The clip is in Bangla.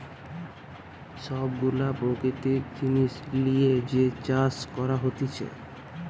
সব গুলা প্রাকৃতিক জিনিস লিয়ে যে চাষ করা হতিছে